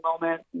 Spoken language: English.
moment